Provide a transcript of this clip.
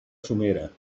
somera